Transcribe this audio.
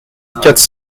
quatre